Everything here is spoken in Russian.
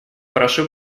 прошу